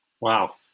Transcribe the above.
Wow